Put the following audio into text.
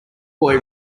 boy